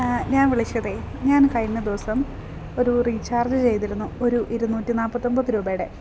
ഞാൻ വിളിച്ചതേ ഞാൻ കഴിഞ്ഞ ദിവസം ഒരു റീചാർജ് ചെയ്തിരുന്നു ഒരു ഇരുന്നൂറ്റി നാൽപ്പത്തൊൻപത് രൂപയുടെ